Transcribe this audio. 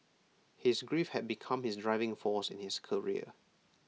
his grief had become his driving force in his career